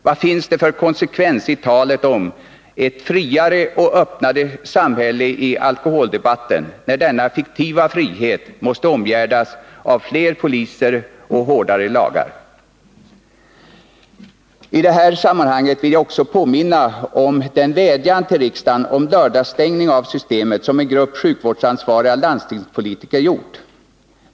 Vad finns det för konsekvens i talet om ett friare och öppnare samhälle i alkoholdebatten, när denna fiktiva frihet måste omgärdas av fler poliser och hårdare lagar? I detta sammanhang vill jag också påminna om den vädjan till riksdagen om lördagsstängning av Systemet som en grupp sjukvårdsansvariga landstingspolitiker gjort.